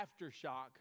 aftershock